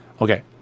okay